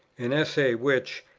an essay which,